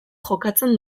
jokatzen